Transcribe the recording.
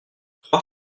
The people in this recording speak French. trois